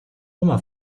oma